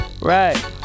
Right